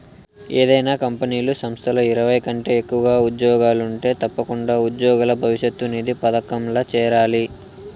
ఏదైనా కంపెనీలు, సంస్థల్ల ఇరవై కంటే ఎక్కువగా ఉజ్జోగులుంటే తప్పకుండా ఉజ్జోగుల భవిష్యతు నిధి పదకంల చేరాలి